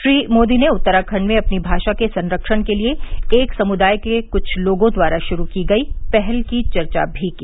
श्री मोदी ने उत्तराखण्ड में अपनी भाषा के संरक्षण के लिए एक समुदाय के कुछ लोगों द्वारा शुरू की गई पहल की चर्चा भी की